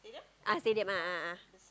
ah stadium ah ah ah